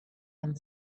and